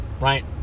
Right